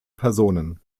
personen